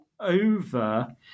Over